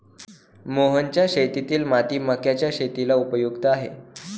मोहनच्या शेतातील माती मक्याच्या शेतीला उपयुक्त आहे